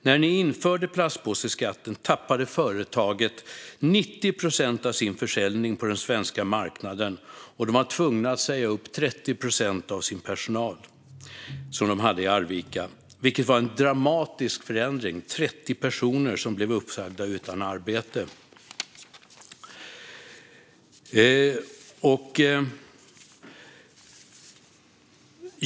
När ni införde plastpåseskatten tappade företaget 90 procent av sin försäljning på den svenska marknaden, och man var tvungen att säga upp 30 procent av personalen i Arvika, vilket var en dramatisk förändring. Trettio personer blev uppsagda och utan arbete.